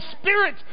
Spirit